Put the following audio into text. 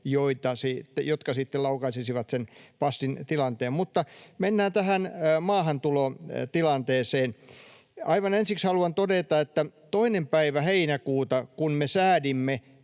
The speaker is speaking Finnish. sitten laukaisisivat sen passin tilanteen. Mennään tähän maahantulotilanteeseen. Aivan ensiksi haluan todeta, että 2. päivä heinäkuuta, kun me säädimme